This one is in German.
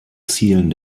zielen